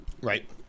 Right